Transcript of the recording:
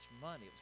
money